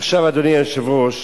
אדוני היושב-ראש,